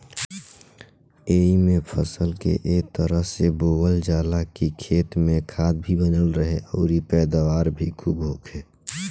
एइमे फसल के ए तरह से बोअल जाला की खेत में खाद भी बनल रहे अउरी पैदावार भी खुब होखे